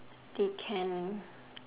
they can